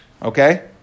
Okay